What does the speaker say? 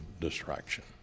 distraction